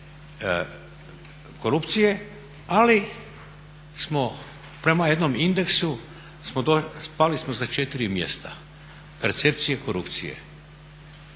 smo prema jednom indeksu pali smo za 4 mjesta percepcije korupcije.